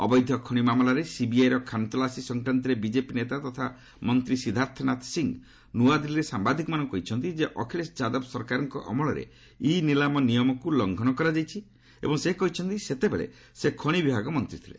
ଅବୈଧ ଖଣି ମାମଲାରେ ସିବିଆଇର ଖାନତଲାସୀ ସଂକ୍ରାନ୍ତରେ ବିଜେପି ନେତା ତଥା ମନ୍ତ୍ରୀ ସିଦ୍ଧାର୍ଥ ନାଥ ସିଂହ' ନ୍ତଆଦିଲ୍ଲୀରେ ସାମ୍ବାଦିକମାନଙ୍କୁ କହିଛନ୍ତି ଯେ ଅଖିଳେଶ ଯାଦବ ସରକାରଙ୍କ ଅମଳରେ ଇ ନିଲାମ ନିୟମକ୍ତ ଲଂଘନ କରାଯାଇଛି ଏବଂ ସେ କହିଛନ୍ତି ସେତେବେଳେ ଖଣି ବିଭାଗ ମନ୍ତ୍ରୀ ମଧ୍ୟ ଥିଲେ